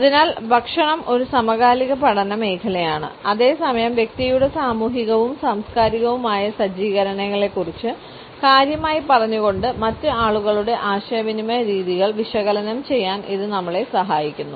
അതിനാൽ ഭക്ഷണം ഒരു സമകാലിക പഠന മേഖലയാണ് അതേ സമയം വ്യക്തിയുടെ സാമൂഹികവും സാംസ്കാരികവുമായ സജ്ജീകരണങ്ങളെക്കുറിച്ച് കാര്യമായി പറഞ്ഞുകൊണ്ട് മറ്റ് ആളുകളുടെ ആശയവിനിമയ രീതികൾ വിശകലനം ചെയ്യാൻ ഇത് നമ്മളെ സഹായിക്കുന്നു